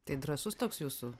tai drąsus toks jūsų